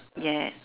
yes